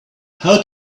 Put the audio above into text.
how